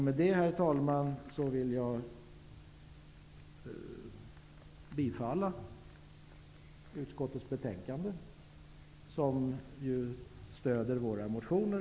Med detta, herr talman, vill jag yrka bifall till utskottets hemställan, som stöder våra motioner.